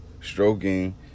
stroking